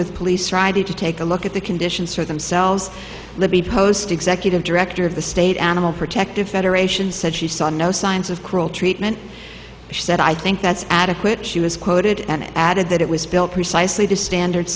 with police friday to take a look at the conditions for themselves libby post executive director of the state animal protective federation said she saw no signs of cruel treatment she said i think that's adequate she was quoted and added that it was built precisely to standard